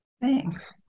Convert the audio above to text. Thanks